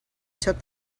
took